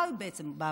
מה הוא בא ואומר?